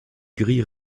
gris